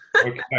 Okay